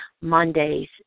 Monday's